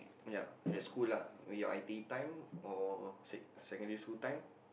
ya at school lah when your I_T_E time or sec~ secondary school time